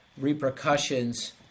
repercussions